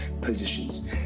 positions